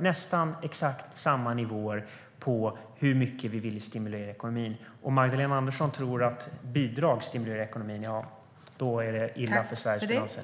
nästan exakt samma nivåer på hur mycket vi ville stimulera ekonomin. Om Magdalena Andersson tror att bidrag stimulerar ekonomin är det illa för Sveriges finanser.